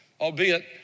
albeit